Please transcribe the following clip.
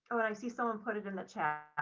oh, and i see someone put it in the chat.